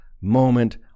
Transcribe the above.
moment